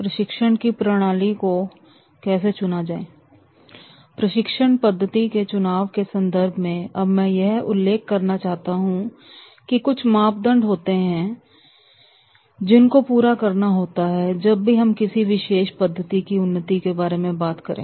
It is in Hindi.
प्रशिक्षण पद्धति के चुनाव के संदर्भ में अब मैं यह उल्लेख करना चाहता हूं कि कुछ मापदंड होते हैं जिन को पूरा करना होता है जब भी हम किसी विशेष पद्धति की उन्नति के बारे में बात करें